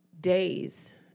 days